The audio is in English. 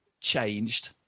changed